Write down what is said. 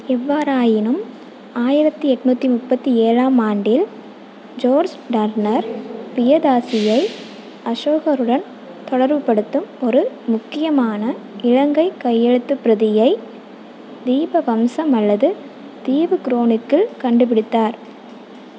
எவ்வாறாயினும் ஆயிரத்தி எண்நூத்தி முப்பத்தி ஏழாம் ஆண்டில் ஜோர்ஜ் டர்னர் பியதாசியை அசோகருடன் தொடர்புப்படுத்தும் ஒரு முக்கியமான இலங்கை கையெழுத்துப் பிரதியை தீபவம்சம் அல்லது தீவு குரோனிக்கிள் கண்டுப்பிடித்தார்